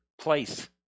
place